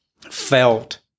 felt